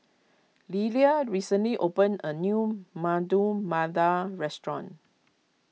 Lillia recently opened a new Medu Vada restaurant